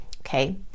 Okay